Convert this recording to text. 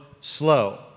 slow